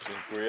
Dziękuję.